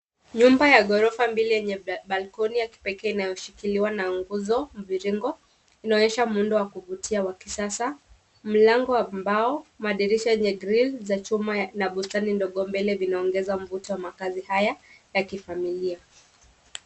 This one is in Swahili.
Nyumba ya ghorofa mbili yenye balkoni ya kipekee inashikiliwa na nguzo, mviringo, inaonyesha muundo wa kuvutia wa kisasa, mlango wa mbao, madirisha yenye (cs)grill(cs), za chuma na bustani ndogo mbele vinaongeza mvuto wa makaazi haya, ya kifamilia.